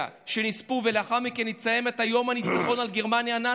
שנספו ולאחר מכן נציין את יום הניצחון על גרמניה הנאצית.